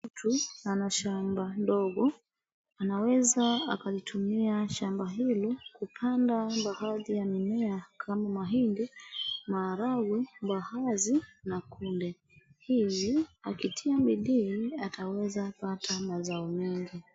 Mtu ana shamba ndogo anaweza akalitumia shamba hilo kupanda baadhi ya mimea kama mahindi , maharagwe , mbaazi na kunde. Hii akitia bidii ataweza pata mazao mengi